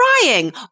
crying